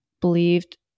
believed